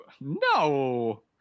No